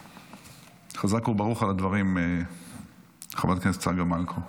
חזק וברוך על הדברים, חברת הכנסת צגה מלקו.